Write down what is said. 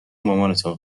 مامانتو